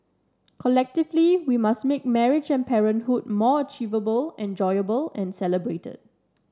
collectively we must make marriage and parenthood more achievable enjoyable and celebrated